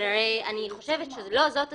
אני חושבת שלא זו הסיטואציה.